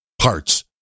parts